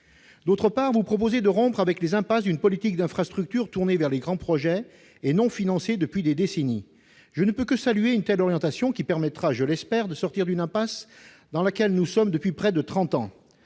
ailleurs, vous proposez de rompre avec les « impasses d'une politique d'infrastructures tournée vers les grands projets et non financée depuis des décennies ». Je ne peux que saluer une telle orientation, qui, je l'espère, permettra de sortir d'une impasse dans laquelle nous nous trouvons depuis près de trente